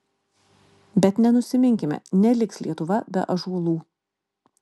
bet nenusiminkime neliks lietuva be ąžuolų